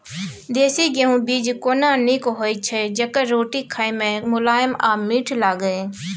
देसी गेहूँ बीज केना नीक होय छै जेकर रोटी खाय मे मुलायम आ मीठ लागय?